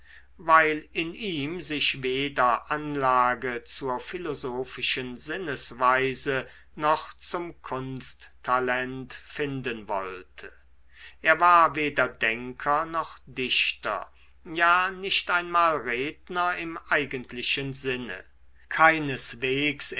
weil in ihm sich weder anlage zur philosophischen sinnesweise noch zum kunsttalent finden wollte er war weder denker noch dichter ja nicht einmal redner im eigentlichen sinne keineswegs